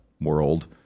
world